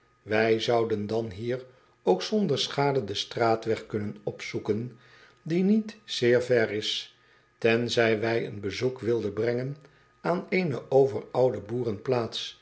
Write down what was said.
ij zouden dan hier ook zonder schade den straatweg kunnen opzoeken die niet zeer ver is tenzij wij een bezoek wilden brengen aan eene